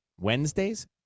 Wednesdays